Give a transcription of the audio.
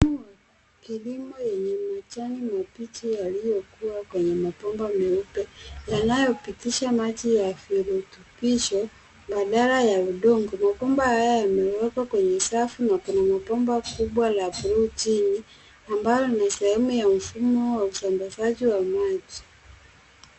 Kilimo yenye majani mabichi yaliyokuwa kwenye mabomba meupe yanayopitisha maji ya virutubisho badala ya udongo. Mabomba hayo yamewekwa kwenye safu na kuna mabomba kubwa ya bluu chini, ambalo ni sehemu ya mfumo wa usambazaji wa maji.